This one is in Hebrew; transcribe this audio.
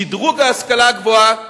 שדרוג ההשכלה הגבוהה,